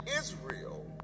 Israel